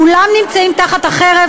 כולם נמצאים תחת החרב,